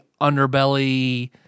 underbelly